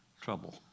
trouble